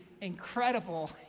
incredible